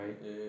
right